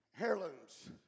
heirlooms